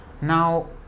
Now